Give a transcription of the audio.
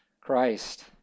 Christ